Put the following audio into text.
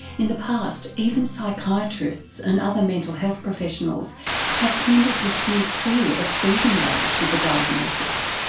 in the past, even psychiatrists and other mental health professionals have tended to steer clear of treating those with the diagnosis.